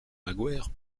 magoër